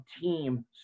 team